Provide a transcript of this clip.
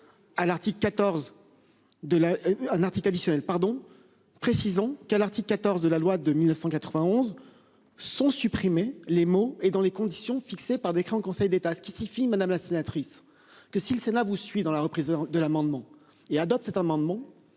l'article 14 de la loi de 1991. Sont supprimés les mots et dans les conditions fixées par décret en Conseil d'État, ce qui signifie, madame la sénatrice, que si le Sénat vous suit dans la reprise de l'amendement et adopte cet amendement